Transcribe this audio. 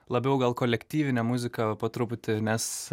labiau gal kolektyvinę muziką po truputį nes